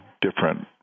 different